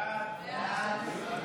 שירות ביטחון (הוראת שעה)